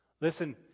Listen